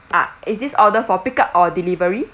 ah is this order for pick up or delivery